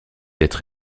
être